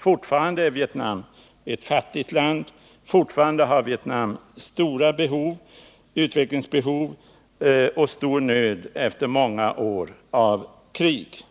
Fortfarande är Vietnam ett fattigt land med stora utvecklingsbehov. Man lider stor nöd efter många års krig.